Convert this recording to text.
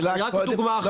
רק דוגמה אחת.